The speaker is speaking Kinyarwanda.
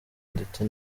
ndetse